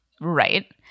Right